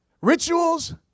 Rituals